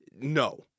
no